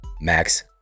Max